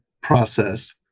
process